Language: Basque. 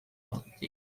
ordutik